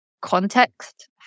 Context